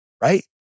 Right